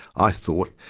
i thought,